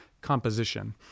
composition